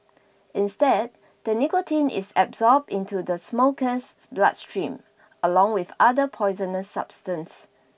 instead the nicotine is absorbed into the smoker's bloodstream along with other poisonous substances